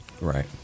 Right